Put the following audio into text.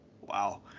wow